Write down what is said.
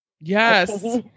yes